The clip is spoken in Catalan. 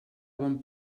bon